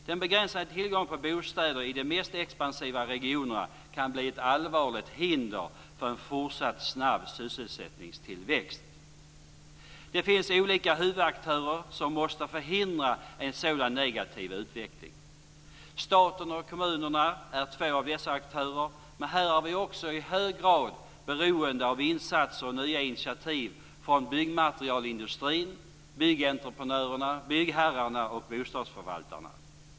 Den begränsade tillgången på bostäder i de mest expansiva regionerna kan bli ett allvarligt hinder för en fortsatt snabb sysselsättningsökning. Det finns tre huvudaktörer som måste förhindra en sådan negativ utveckling. Staten och kommunerna är två av dessa aktörer. Men här är vi också i hög grad beroende av insatser och nya initiativ från byggmaterialindustrin, byggentreprenörerna, byggherrar och bostadsförvaltare.